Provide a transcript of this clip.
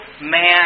man